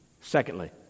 Secondly